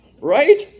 Right